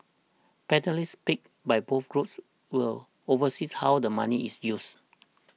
panellists picked by both groups will oversee how the money is used